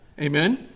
Amen